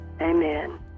Amen